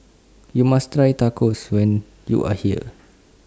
YOU must Try Tacos when YOU Are here